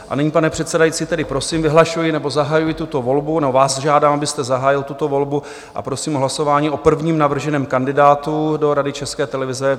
A nyní, pane předsedající, tedy prosím, vyhlašuji nebo zahajuji tuto volbu, nebo vás žádám, abyste zahájil tuto volbu, a prosím o hlasování o prvním navrženém kandidátu do Rady České televize.